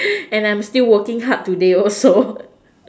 and I am still working hard today also